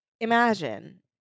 imagine